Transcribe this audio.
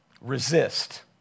Resist